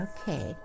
Okay